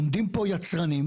עומדים פה יצרנים,